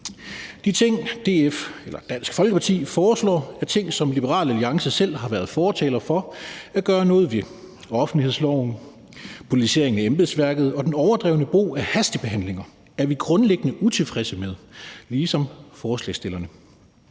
De ting, DF – eller Dansk Folkeparti – foreslår, er ting, som Liberal Alliance selv har været fortalere for at gøre noget ved: Offentlighedsloven, politisering af embedsværket og den overdrevne brug af hastebehandlinger er vi grundlæggende utilfredse med ligesom forslagsstillerne.